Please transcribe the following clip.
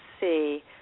see